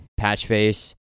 Patchface